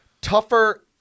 tougher